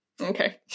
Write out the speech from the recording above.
Okay